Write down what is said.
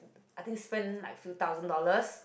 I think spend like few thousand dollars